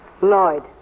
Lloyd